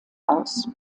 aus